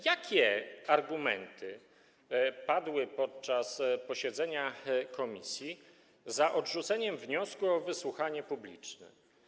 Jakie argumenty padły podczas posiedzenia komisji za odrzuceniem wniosku o wysłuchanie publiczne?